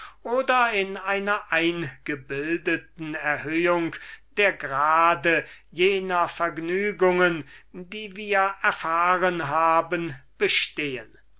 oder in einer dunkel eingebildeten erhöhung der grade jener vergnügen die wir erfahren haben bestehen